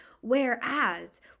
Whereas